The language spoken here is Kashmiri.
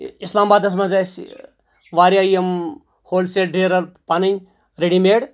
اسلام آبادَس منٛز اَسہِ واریاہ یِم ہول سیل ڈیلَر پَنٕنۍ ریڈی میڑ